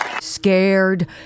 Scared